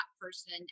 person